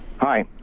Hi